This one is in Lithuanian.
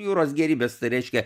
jūros gėrybės tai reiškia